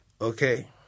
Okay